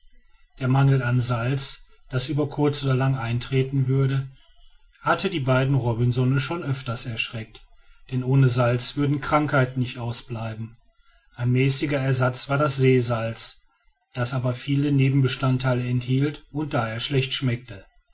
der mangel an salz der über kurz oder lang eintreten würde hatte die beiden robinsone schon öfters erschreckt denn ohne salz würde krankheit nicht ausbleiben ein mäßiger ersatz war das seesalz das aber viele nebenbestandteile enthielt und daher schlecht schmeckte